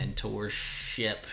mentorship